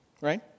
right